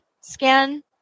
scan